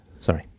Sorry